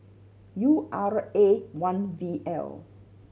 U R A one V L